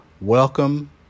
Welcome